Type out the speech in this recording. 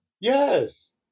Yes